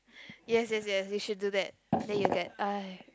yes yes yes they should do that then you get ah